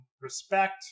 respect